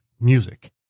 music